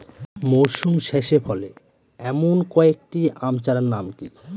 মরশুম শেষে ফলে এমন কয়েক টি আম চারার নাম?